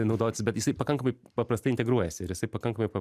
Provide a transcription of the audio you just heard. naudotis bet jisai pakankamai paprastai integruojasi ir jisai pakankamai pap